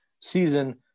season